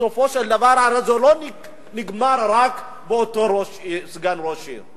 בסופו של דבר הרי זה לא נגמר רק באותו סגן ראש עיר.